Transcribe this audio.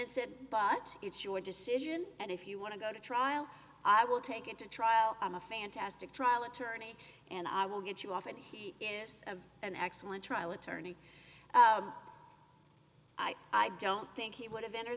then said but it's your decision and if you want to go to trial i will take it to trial i'm a fantastic trial attorney and i will get you off and he is an excellent trial attorney i don't think he would have